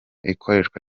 ikoreshwa